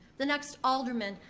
the next alderman,